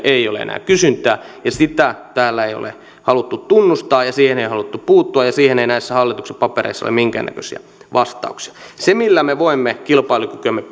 ei ole enää kysyntää sitä täällä ei ole haluttu tunnustaa siihen ei ole haluttu puuttua ja siihen ei näissä hallituksen papereissa ole minkäännäköisiä vastauksia se millä me voimme kilpailukykyämme